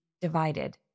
divided